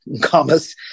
commas